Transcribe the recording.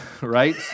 Right